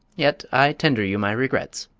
yet i tender you my regrets.